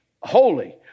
holy